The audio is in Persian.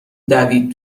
دوید